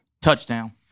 Touchdown